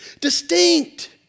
distinct